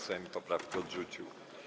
Sejm poprawkę odrzucił.